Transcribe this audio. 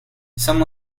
some